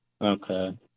Okay